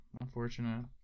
Unfortunate